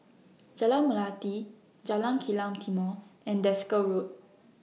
Jalan Melati Jalan Kilang Timor and Desker Road